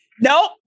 No